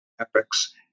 epics